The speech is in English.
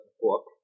book